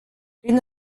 prin